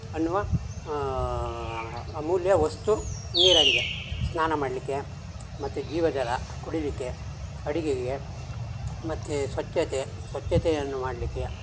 ಅನ್ನುವ ಅಮೂಲ್ಯ ವಸ್ತು ನೀರಾಗಿದೆ ಸ್ನಾನ ಮಾಡಲಿಕ್ಕೆ ಮತ್ತು ಜೀವ ಜಲ ಕುಡಿಯಲಿಕ್ಕೆ ಅಡುಗೆಗೆ ಮತ್ತು ಸ್ವಚ್ಛತೆ ಸ್ವಚ್ಛತೆಯನ್ನು ಮಾಡಲಿಕ್ಕೆ